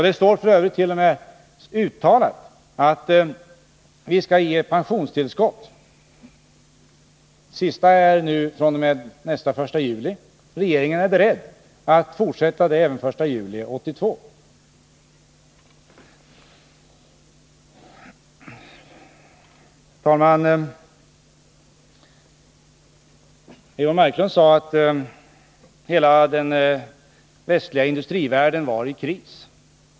Det har f. ö. klart uttalats att vi skall ge pensionstillskott — det senast beslutade utgår fr.o.m. den 1 juli 1981, och regeringen är beredd att fortsätta även fr.o.m. den 1 juli 1982. Fru talman! Eivor Marklund sade att hela den västliga industrivärlden var i kris.